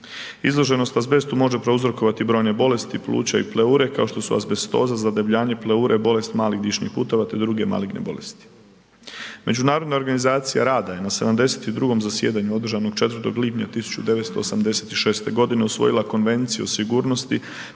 Izloženost azbestu može prouzrokovati brojne bolesti pluća i pleure kao što su azbestoza, zadebljanje pleure, bolest malih dišnih puteva te druge maligne bolesti. Međunarodna organizacija rada je na 72. zasjedanju održanog 4. lipnja 1986. godine usvojila Konvenciju o sigurnosti